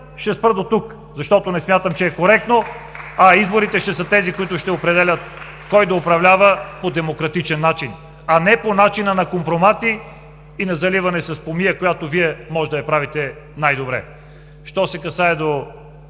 Ще спра дотук, защото не смятам, че е коректно. Изборите ще са тези, които ще определят кой да управлява по демократичен начин, а не по начина на компромати и на заливане с помия, която Вие можете да я правите най-добре. Що се касае до